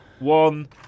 One